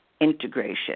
integration